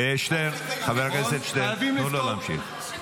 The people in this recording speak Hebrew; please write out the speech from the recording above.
--- חבר הכנסת שטרן, תנו לו להמשיך.